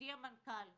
ידידי המנכ"ל שמוליק,